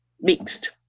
mixed